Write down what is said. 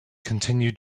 continue